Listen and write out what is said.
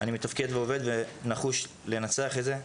אני מתפקד ועובד, נחוש לנצח את זה.